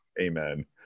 Amen